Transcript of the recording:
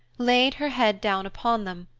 laid her head down upon them,